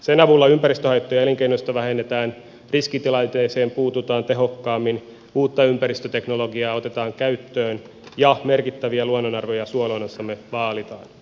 sen avulla ympäristöhaittoja elinkeinoista vähennetään riskitilanteisiin puututaan tehokkaammin uutta ympäristöteknologiaa otetaan käyttöön ja merkittäviä luonnonarvoja suoluonnossamme vaalitaan